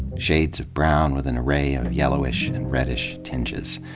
shades of brown with an array of ye llowish and reddish tinges.